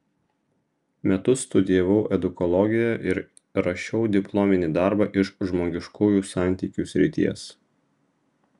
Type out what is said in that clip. metus studijavau edukologiją ir rašiau diplominį darbą iš žmogiškųjų santykių srities